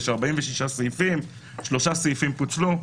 יש 46 סעיפים, שלושה סעיפים פוצלו.